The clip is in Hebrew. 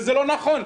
זה לא נכון,